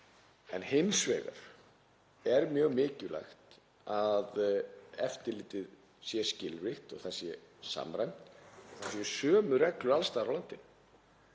Hins vegar er mjög mikilvægt að eftirlitið sé skilvirkt og það sé samræmt og það séu sömu reglur alls staðar á landinu.